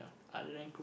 other than cook~